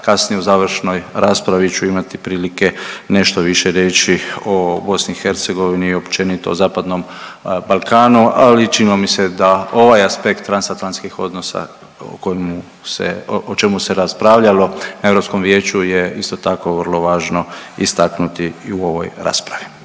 kasnije u završnoj raspravi ću imati prilike nešto više reći o BiH i općenito o Zapadnom Balkanu, ali činilo mi se da ovaj aspekt transatlantskih odnosa o kojemu se, o čemu se raspravljalo na Europskom vijeću je isto tako vrlo važno istaknuti i u ovoj raspravi.